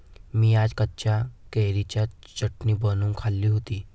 मी आज कच्च्या कैरीची चटणी बनवून खाल्ली होती